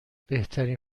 بهترین